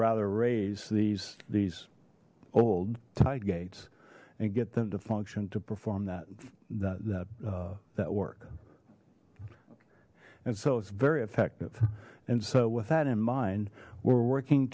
rather raise these these old tide gates and get them to function to perform that that that work and so it's very effective and so with that in mind we're working